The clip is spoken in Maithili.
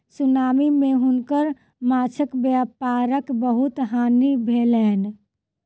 सुनामी मे हुनकर माँछक व्यापारक बहुत हानि भेलैन